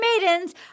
Maidens